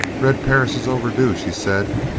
red perris is overdue, she said.